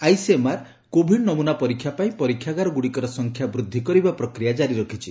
ICMR covid ନମୂନା ପରୀକ୍ଷା ପାଇଁ ପରୀକ୍ଷାଗାର ଗୁଡ଼ିକର ସଂଖ୍ୟା ବୃଦ୍ଧି କରିବା ପ୍ରକ୍ରିୟା କାରି ରଖିଛି